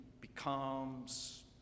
becomes